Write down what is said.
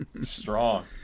Strong